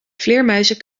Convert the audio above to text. vleermuizen